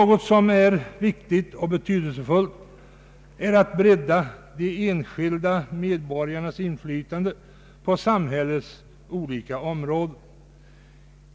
Det är viktigt och betydelsefullt att bredda de enskilda medborgarnas inflytande på samhällets olika områden.